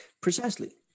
precisely